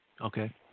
Okay